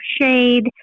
shade